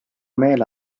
meel